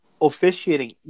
officiating